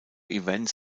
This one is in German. events